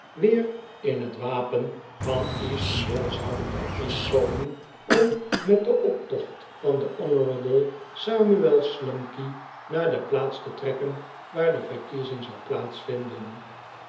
weer in het wapen van eatanswill zouden bijeenkomen om met den optocht van den honourable samuel slumkey naar de plaats te trekken waar de verkiezing zou